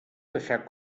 deixar